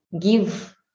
give